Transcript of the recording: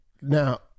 now